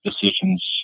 decisions